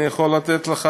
אני יכול לתת לך,